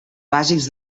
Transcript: bàsics